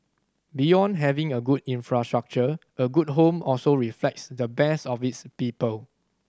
beyond having a good infrastructure a good home also reflects the best of its people